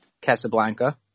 Casablanca